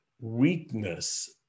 weakness